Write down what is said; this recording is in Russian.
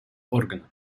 органа